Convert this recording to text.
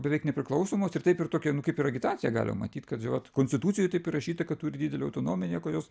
beveik nepriklausomos ir taip ir tokią nu kaip ir agitaciją galim matyt kad vat konstitucijoj taip įrašyta kad turi didelę autonomiją kur jos